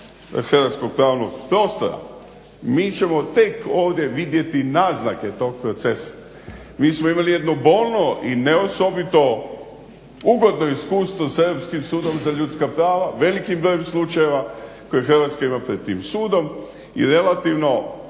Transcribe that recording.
hrvatskog pravnog prostora mi ćemo tek ovdje vidjeti naznake tog procesa. Mi smo imali jedno bolno i ne osobito ugodno iskustvo sa Europskim sudom za ljudska prava, velikim brojem slučajeva koje Hrvatska ima pred tim sudom i relativno